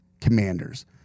commanders